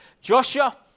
Joshua